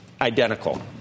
identical